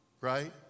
Right